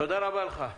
תודה רבה לך.